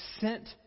sent